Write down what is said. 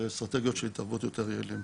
ואסטרטגיות של התערבות יותר יעילים.